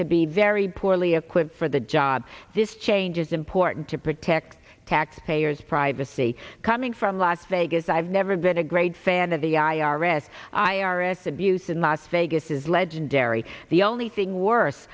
to be very poorly equipped for the job this change is important to protect taxpayers privacy coming from las vegas i've never been a great fan of the i r s i r s abuse in las vegas is legendary the only thing worse